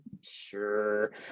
sure